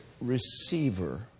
receiver